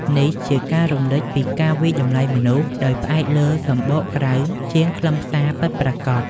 នេះជាការរំលេចពីការវាយតម្លៃមនុស្សដោយផ្អែកលើសម្បកក្រៅជាងខ្លឹមសារពិតប្រាកដ។